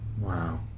Wow